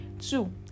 two